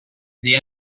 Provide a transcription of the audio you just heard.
the